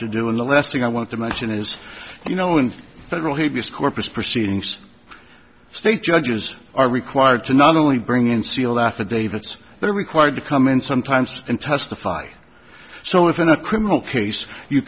to do and the last thing i want to mention is you know in federal habeas corpus proceedings state judges are required to not only bring in sealed affidavits they're required to come in sometimes and testify so if in a criminal case you